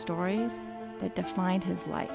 stories that defined his life